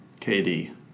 KD